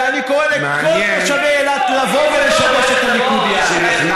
ואני קורא לכל תושבי אילת לבוא ולשבש את הליכודיאדה.